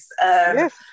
Yes